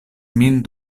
min